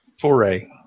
Foray